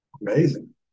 amazing